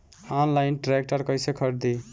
Online tractor कैसे खरदी?